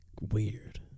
weird